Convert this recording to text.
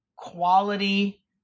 quality